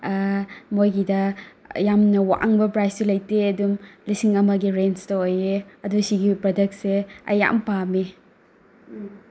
ꯃꯣꯏꯒꯤꯗ ꯌꯥꯝꯅ ꯋꯥꯡꯕ ꯄ꯭ꯔꯥꯏꯁꯁꯨ ꯂꯩꯇꯦ ꯑꯗꯨꯝ ꯂꯤꯁꯤꯡ ꯑꯃꯒꯤ ꯔꯦꯟꯁꯇ ꯑꯣꯏꯑꯦ ꯑꯗꯣ ꯁꯤꯒꯤ ꯄ꯭ꯔꯗꯛꯁꯦ ꯑꯩ ꯌꯥꯝ ꯄꯥꯝꯃꯦ